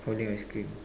holding ice cream